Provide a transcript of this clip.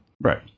Right